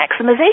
maximization